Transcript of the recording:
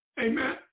Amen